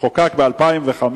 שחוקק ב-2005,